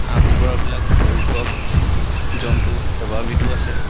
হাঁহ কুকুৰাবিলাক ধৰি খোৱা জন্তু কেইবাবিধো আছে